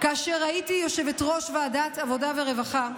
כאשר הייתי יושבת-ראש ועדת העבודה והרווחה,